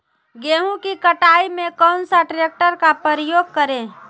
गेंहू की कटाई में कौन सा ट्रैक्टर का प्रयोग करें?